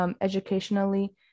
educationally